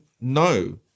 No